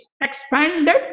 expanded